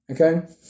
Okay